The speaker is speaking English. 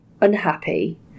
unhappy